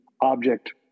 object